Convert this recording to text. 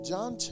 John